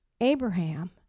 Abraham